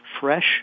fresh